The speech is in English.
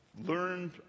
learned